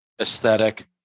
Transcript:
aesthetic